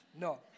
No